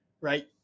right